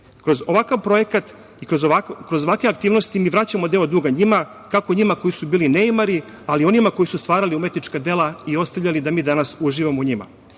ovakav projekat i kroz ovakve aktivnosti mi vraćamo deo duga njima, kako njima koji su bili neimari, ali i onima koji su stvarali umetnička dela i ostavljali da mi danas uživamo u njima. Na